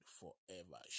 forever